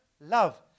love